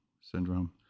syndrome